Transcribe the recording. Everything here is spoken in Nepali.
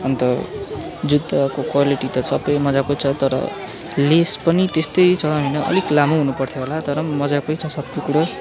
अन्त जुत्ताको क्वालिटी त सबै मज्जाको छ तर लेस पनि त्यस्तै छ होइन अलिक लामो हुनु पर्थ्यो होला तर पनि मज्जाकै छ सबै कुरो